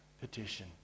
petition